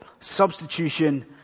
Substitution